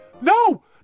no